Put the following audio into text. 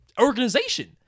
organization